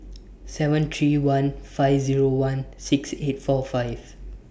seven three one five one six eight four five